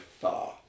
far